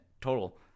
total